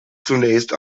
zunächst